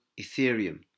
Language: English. Ethereum